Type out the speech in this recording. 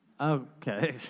Okay